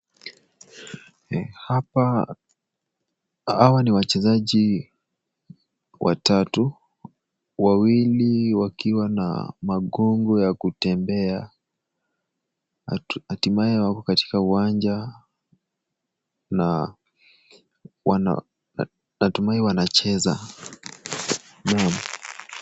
Hapa. Hawa ni wachezaji watatu. Wawili wakiwa na magongo ya kutembea. Hatimaye wako katika uwanja na wana. Natumai wanacheza. Naam.